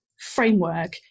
framework